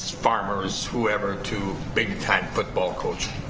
farmers, whoever to big time football coaching,